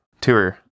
tour